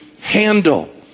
handle